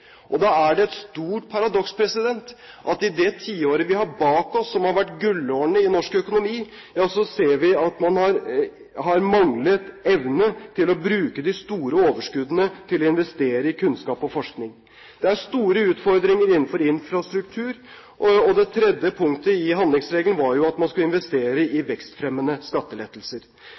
Da er det et stort paradoks at i det tiåret vi har bak oss, som har vært gullårene i norsk økonomi, ser vi at man har manglet evne til å bruke de store overskuddene til å investere i kunnskap og forskning. Det er store utfordringer innenfor infrastruktur. Det tredje punktet i handlingsreglen var jo at man skulle investere i vekstfremmende skattelettelser.